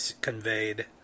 conveyed